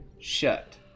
shut